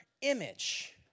image